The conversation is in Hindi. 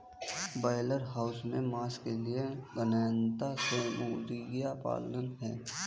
ब्रॉयलर हाउस में मांस के लिए गहनता से मुर्गियां पालना है